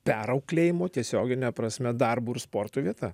perauklėjimo tiesiogine prasme darbo ir sporto vieta